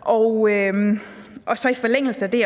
Og i forlængelse af det